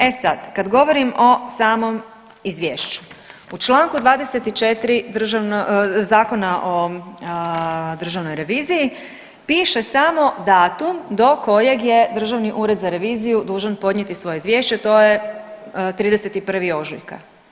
E sad, kad govorim o samom Izvješću, u čl. 24 Zakona o državnoj reviziji piše samo datum do kojeg je Državni ured za reviziju dužan podnijeti svoje izvješće, to je 31. ožujka.